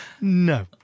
No